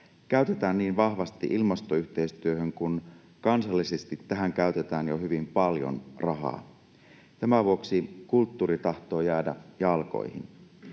käytetään niin vahvasti ilmastoyhteistyöhön, kun kansallisesti tähän käytetään jo hyvin paljon rahaa? Tämän vuoksi kulttuuri tahtoo jäädä jalkoihin.